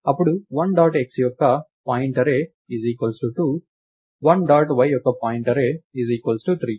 అప్పుడు 1 dot x యొక్క point array 2 1 dot y యొక్క పాయింట్ అర్రే 3 మరియు చివరకు ఇది 3 కామా 4